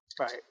Right